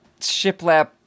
shiplap